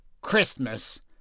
Christmas